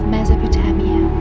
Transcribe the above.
Mesopotamia